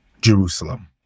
Jerusalem